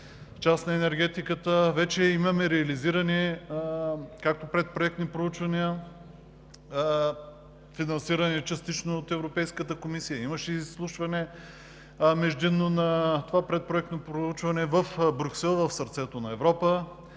вече имаме реализирани предпроектни проучвания, финансирани частично от Европейската комисия. Имаше междинно изслушване на това предпроектно проучване в Брюксел, в сърцето на Европа.